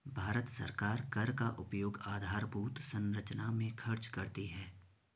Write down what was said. भारत सरकार कर का उपयोग आधारभूत संरचना में खर्च करती है